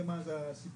זה מה זה הסיפור